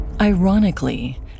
Ironically